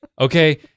Okay